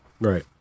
Right